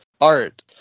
art